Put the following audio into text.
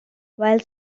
while